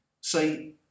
say